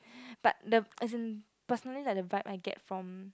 but the as in personally like the vibe I get from